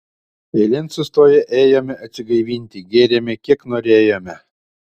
eilėn sustoję ėjome atsigaivinti gėrėme kiek norėjome